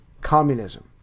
communism